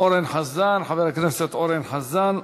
חבר הכנסת אורן חזן,